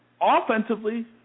offensively